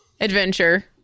adventure